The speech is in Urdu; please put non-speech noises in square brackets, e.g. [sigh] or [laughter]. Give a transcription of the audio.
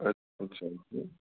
اچھ اچھا [unintelligible]